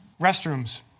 Restrooms